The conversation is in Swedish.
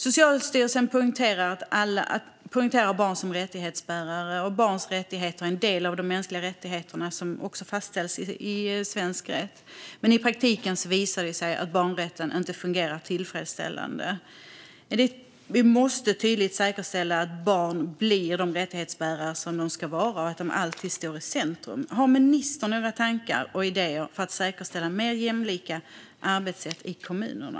Socialstyrelsen poängterar barn som rättighetsbärare och att barns rättigheter är en del av de mänskliga rättigheterna som fastställs i svensk rätt. Men i praktiken visar det sig att barnrätten inte fungerar tillfredsställande. Vi måste tydligt säkerställa att barn blir de rättighetsbärare som de ska vara och att de alltid står i centrum. Har ministern några tankar och idéer för att säkerställa mer jämlika arbetssätt i kommunerna?